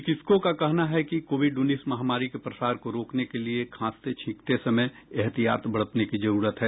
चिकित्सकों का कहना है कि कोविड उन्नीस महामारी के प्रसार को रोकने के लिए खांसते छिकते समय एहतियात बरतने की जरूरत है